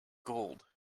gold